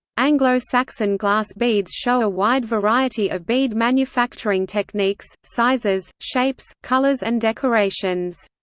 anglo-saxon glass beads show a wide variety of bead manufacturing techniques, sizes, shapes, colours and decorations.